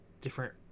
different